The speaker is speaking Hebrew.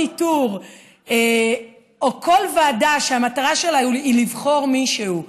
איתור או בכל ועדה שהמטרה שלה היא לבחור מישהו,